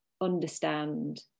understand